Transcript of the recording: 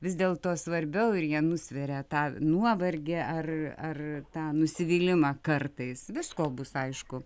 vis dėlto svarbiau ir jie nusveria tą nuovargį ar ar tą nusivylimą kartais visko bus aišku